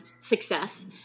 success